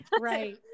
right